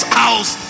house